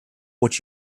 what